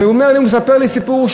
הוא מספר לי סיפור,